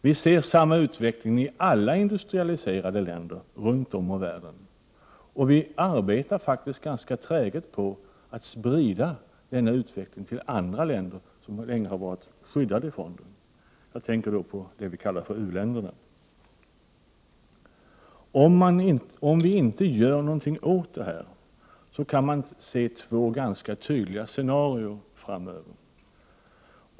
Vi ser samma utveckling i alla industrialiserade länder, runt om i världen och vi arbetar faktiskt ganska träget på att sprida den utvecklingen till andra länder, som länge har varit skyddade för den — jag tänker på det vi kallar för u-länder. Om vi inte gör någonting åt detta, kan man se två ganska tydliga scenarier framöver.